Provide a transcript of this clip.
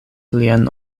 lian